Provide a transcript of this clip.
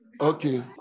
Okay